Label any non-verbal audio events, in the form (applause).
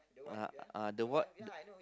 uh uh the what (noise)